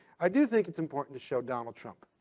i do think it's important to show donald trump,